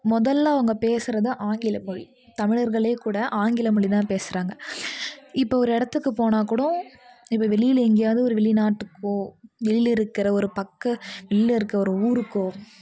முதல்ல அவங்க பேசுகிறது ஆங்கில மொழி தமிழர்களே கூட ஆங்கில மொழி தான் பேசுகிறாங்க இப்போ ஒரு இடத்துக்கு போனால் கூடம் இப்போ வெளியில் எங்கேயாவது ஒரு வெளிநாட்டுக்கோ வெளியில் இருக்கிற ஒரு பக்க வெளியில் இருக்கற ஒரு ஊருக்கோ